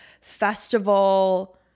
festival